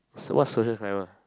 so what social climber